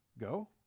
go